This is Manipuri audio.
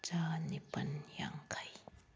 ꯆꯅꯤꯄꯥꯟ ꯌꯥꯡꯈꯩ